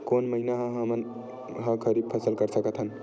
कोन महिना म हमन ह खरीफ फसल कर सकत हन?